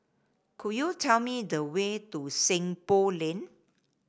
could you tell me the way to Seng Poh Lane